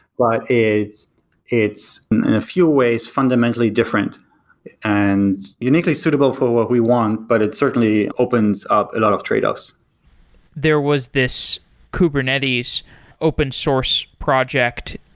but it's in a few ways fundamentally different and uniquely suitable for what we want, but it certainly opens up a lot of tradeoffs there was this kubernetes open source project,